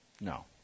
No